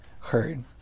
heard